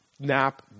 Nap